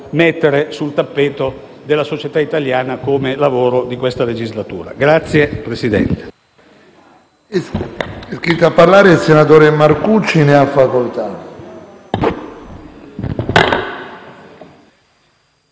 mettere sul tappeto della società italiana come lavoro di questa legislatura. *(Applausi